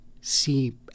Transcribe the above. see